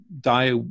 die